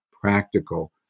practical